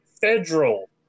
federal